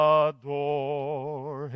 adore